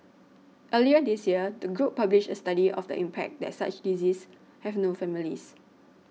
earlier this year the group published a study of the impact that such diseases have no families